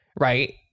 right